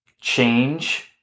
change